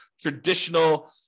traditional